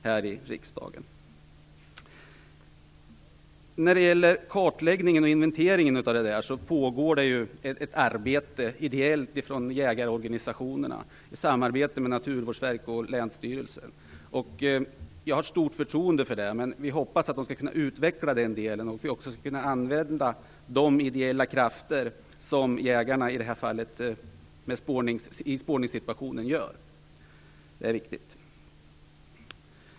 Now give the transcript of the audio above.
Det pågår ett ideellt arbete med kartläggning och inventering som utförs av jägarorganisationerna i samarbete med Naturvårdsverket och länsstyrelserna. Jag har ett stort förtroende för det. Men vi hoppas att vi skall kunna utveckla den delen och även använda de ideella krafter som jägarna i spårningssituationen utgör. Det är viktigt.